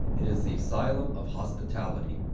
it is the asylum of hospitality,